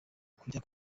kujya